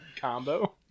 combo